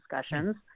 discussions